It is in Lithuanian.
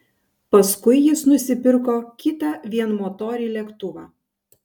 paskui jis nusipirko kitą vienmotorį lėktuvą